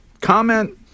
comment